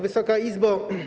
Wysoka Izbo!